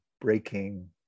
breaking